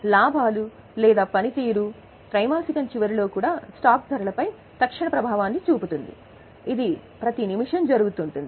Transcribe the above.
లాభాలు లేదా పనితీరు త్రైమాసికం చివరిలో కూడా స్టాక్ ధరలపై తక్షణ ప్రభావాన్ని చూపుతుంది ఇది ప్రతి నిమిషం జరుగుతుంది